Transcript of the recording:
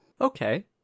Okay